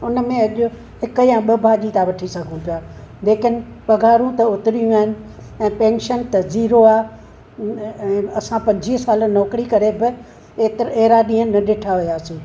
उन में अॼु हिकु या ॿ भाॼी था वठी सघूं पिया लेकिन पघारूं त ओतिरियूं ई आइनि ऐं पेंशन त ज़ीरो आहे असां पंजुवीह साल नौकरी करे बि एतिरा अहिड़ा ॾींहं न ॾिठा हुयासीं